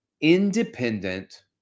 Independent